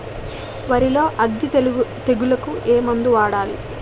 వరిలో అగ్గి తెగులకి ఏ మందు వాడాలి?